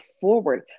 forward